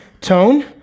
tone